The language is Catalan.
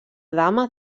dama